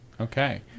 Okay